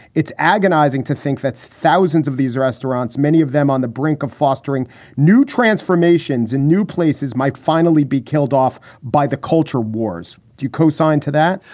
it's agonizing to think that's thousands of these restaurants, many of them on the brink of fostering new transformations and new places, might finally be killed off by the culture wars. you co-signed to that?